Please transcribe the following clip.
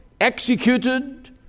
executed